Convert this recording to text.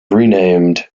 renamed